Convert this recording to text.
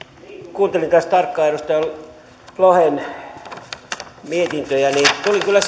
kuuntelin tässä tarkkaan edustaja lohen mietintöjä tulin kyllä